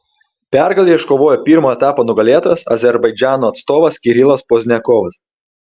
pergalę iškovojo pirmo etapo nugalėtojas azerbaidžano atstovas kirilas pozdniakovas